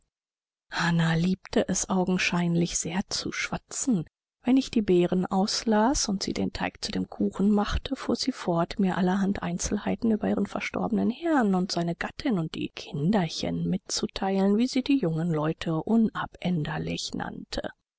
hannah liebte es augenscheinlich sehr zu schwatzen während ich die beeren auslas und sie den teig zu dem kuchen machte fuhr sie fort mir allerhand einzelheiten über ihren verstorbenen herrn und seine gattin und die kinderchen mitzuteilen wie sie die jungen leute unabänderlich nannte